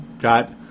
got